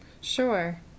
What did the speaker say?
Sure